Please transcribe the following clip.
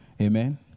Amen